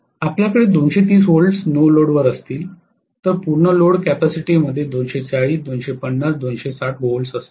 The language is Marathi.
आपल्याकडे २३० व्होल्ट्स नो लोड वर असतील तर पूर्ण लोड कपॅसिटिव्हमध्ये २४० २५० २६० व्होल्ट्स असतील